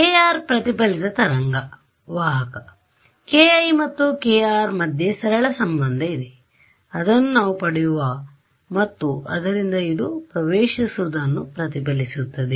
kr ಪ್ರತಿಫಲಿತ ತರಂಗ ವಾಹಕ ki ಮತ್ತು kr ಮಧ್ಯೆ ಸರಳ ಸಂಬಂಧ ಇದೆಅದನ್ನು ನಾವು ಪಡೆಯುವ ಮತ್ತು ಆದ್ದರಿಂದ ಇದು ಪ್ರವೇಶಿಸುವುದನ್ನು ಪ್ರತಿಫಲಿಸುತ್ತದೆ